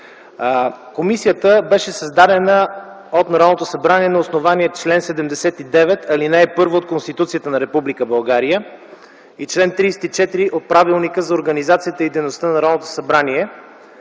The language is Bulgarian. Комисията беше създадена от Народното събрание на основание чл. 79, ал. 1 от Конституцията на Република България и чл. 34 от Правилника за организацията и дейността на Народното събрание,